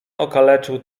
okaleczył